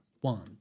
one